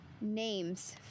names